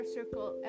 Circle